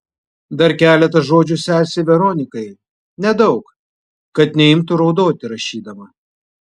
dar keletą žodžių sesei veronikai nedaug kad neimtų raudoti rašydama